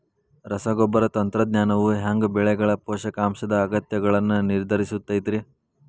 ರಸಗೊಬ್ಬರ ತಂತ್ರಜ್ಞಾನವು ಹ್ಯಾಂಗ ಬೆಳೆಗಳ ಪೋಷಕಾಂಶದ ಅಗತ್ಯಗಳನ್ನ ನಿರ್ಧರಿಸುತೈತ್ರಿ?